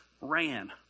ran